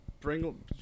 Bring